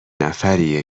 نفریه